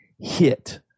hit